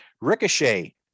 Ricochet